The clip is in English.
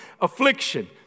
affliction